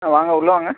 ஆ வாங்க உள்ள வாங்க